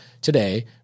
today